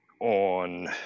on